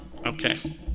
Okay